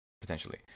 potentially